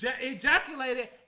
ejaculated